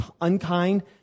unkind